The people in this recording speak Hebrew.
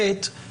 דבר שני,